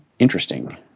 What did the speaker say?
interesting